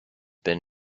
been